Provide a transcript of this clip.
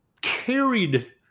carried